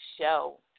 show